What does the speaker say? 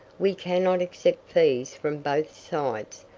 we cannot accept fees from both sides,